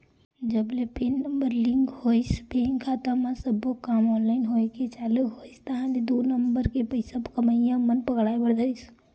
जब ले PAN number link होइस बेंक खाता म सब्बो काम ऑनलाइन होय के चालू होइस ताहले दू नंबर के पइसा कमइया मन पकड़ाय बर धरिस